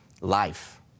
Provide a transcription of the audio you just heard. life